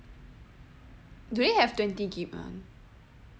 do they have twenty gig ah